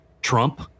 Trump